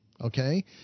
Okay